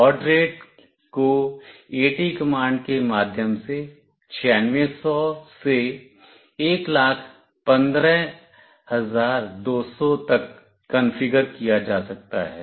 baud rate को AT command के माध्यम से 9600 से 115200 तक कॉन्फ़िगर किया जा सकता है